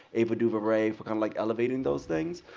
ava duvernay for kind of like elevating those things.